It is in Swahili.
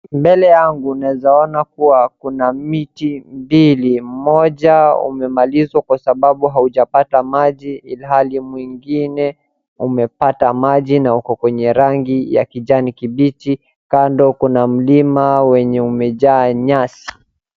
Mbele yangu naeza ona kuwa kuna miti mbili, moja umemalizwa kwa sababu haujapata maji ilhali mwingine umepata maji na uko kwenye rangi ya kijani kibichi, kando kuna mlima wenye umejaa nyasi.